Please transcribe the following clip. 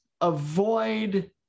avoid